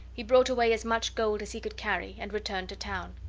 he brought away as much gold as he could carry, and returned to town.